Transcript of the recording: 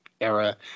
era